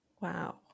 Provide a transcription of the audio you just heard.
Wow